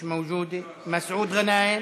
מיש מאוג'ודה, מסעוד גנאים,